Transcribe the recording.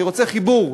אני רוצה חיבור.